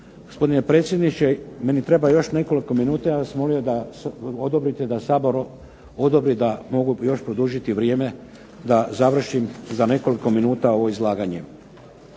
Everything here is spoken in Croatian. Gospodine predsjedniče, meni treba još nekoliko minuta. Ja bih vas molio da odobrite, da Sabor odobri da mogu još produžiti vrijeme da završim za nekoliko minuta ovo izlaganje.